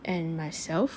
and myself